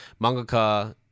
mangaka